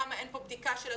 למה אין כאן בדיקה של הדברים?